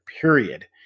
period